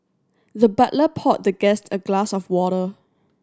the butler poured the guest a glass of water